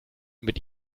mit